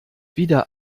wieder